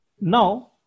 Now